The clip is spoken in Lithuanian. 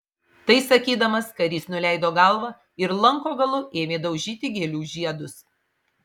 tai sakydamas karys nuleido galvą ir lanko galu ėmė daužyti gėlių žiedus